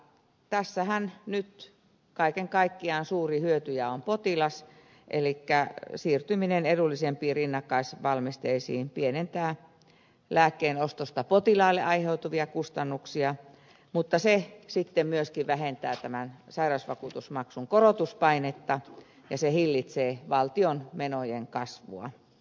tässähän nyt kaiken kaikkiaan suurin hyötyjä on potilas elikkä siirtyminen edullisempiin rinnakkaisvalmisteisiin pienentää lääkkeen ostosta potilaalle aiheutuvia kustannuksia mutta se myöskin vähentää sairausvakuutusmaksun korotuspainetta ja hillitsee valtion menojen kasvua